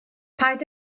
paid